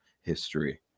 history